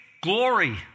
glory